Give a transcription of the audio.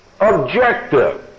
objective